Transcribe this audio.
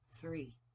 three